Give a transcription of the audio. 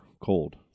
cold